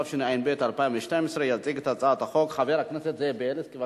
התשע"ב 2012. יציג את הצעת החוק חבר הכנסת זאב בילסקי.